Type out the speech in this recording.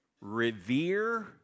Revere